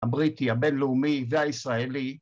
‫הבריטי, הבינלאומי והישראלי.